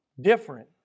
different